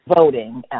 voting